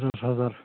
दस हाजार